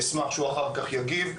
אשמח שהוא אחר כך יגיב.